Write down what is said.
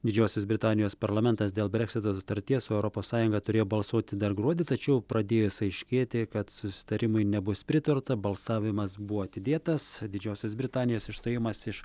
didžiosios britanijos parlamentas dėl breksito sutarties su europos sąjunga turėjo balsuoti dar gruodį tačiau pradėjus aiškėti kad susitarimui nebus pritarta balsavimas buvo atidėtas didžiosios britanijos išstojimas iš